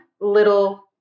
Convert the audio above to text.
little